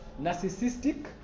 narcissistic